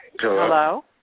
hello